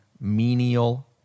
menial